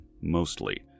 mostly